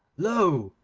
lo!